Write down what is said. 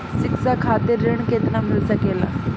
शिक्षा खातिर ऋण केतना मिल सकेला?